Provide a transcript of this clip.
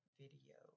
video